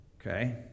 Okay